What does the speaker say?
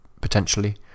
potentially